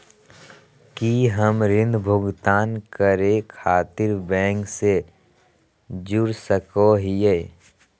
की हम ऋण भुगतान करे खातिर बैंक से जोड़ सको हियै?